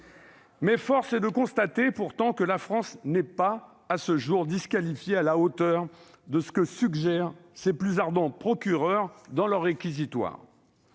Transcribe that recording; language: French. ... Force est de constater, pourtant, que la France n'est pas à ce jour disqualifiée à la hauteur de ce que suggèrent ses plus ardents procureurs dans leurs réquisitoires.